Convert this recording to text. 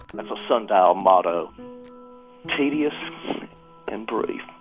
that's a sundial motto tedious and brief